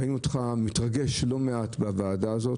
ראינו אותך מתרגש לא מעט בוועדה הזאת,